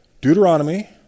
Deuteronomy